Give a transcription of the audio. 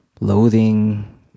loathing